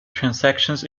transactions